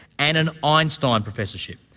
and an einstein professorship.